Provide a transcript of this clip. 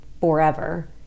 forever